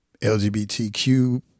LGBTQ